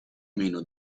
meno